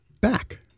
back